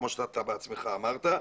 כמו שאתה בעצמך אמרת,